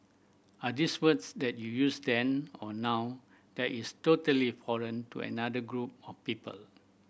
are these words that you use then or now that is totally foreign to another group of people